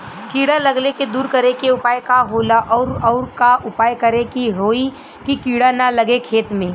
कीड़ा लगले के दूर करे के उपाय का होला और और का उपाय करें कि होयी की कीड़ा न लगे खेत मे?